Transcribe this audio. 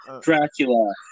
Dracula